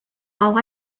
all